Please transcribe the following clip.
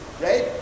right